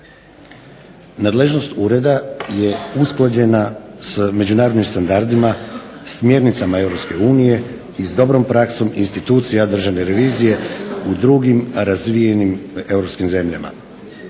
Nadležnost Ureda je usklađena s međunarodnim standardima, smjernicama Europske unije i s dobrom praksom institucija državne revizije u drugim razvijenim europskim zemljama.